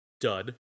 dud